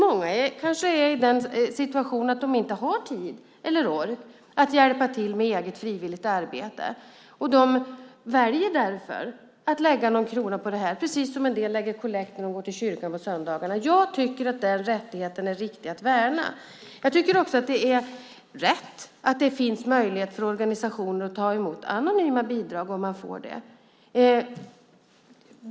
Många kanske är i den situationen att de inte har tid eller ork att hjälpa till med eget frivilligt arbete, och de väljer därför att lägga någon krona på det här - precis som en del lägger kollekt när de går till kyrkan på söndagarna. Jag tycker att den rättigheten är viktig att värna. Jag tycker också att det är rätt att det finns möjlighet för organisationer att ta emot anonyma bidrag om man får sådana.